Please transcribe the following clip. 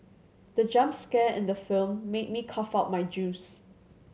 the jump scare in the film made me cough out my juice